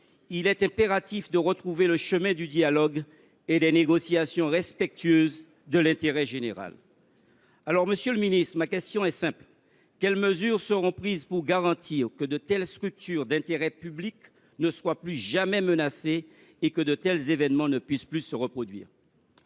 Il est impératif de retrouver le chemin du dialogue et d’entamer des négociations respectueuses de l’intérêt général. Aussi, monsieur le ministre, ma question est simple : quelles mesures seront prises pour garantir que de telles structures d’intérêt public ne soient plus jamais menacées et que de tels événements ne puissent plus se reproduire ?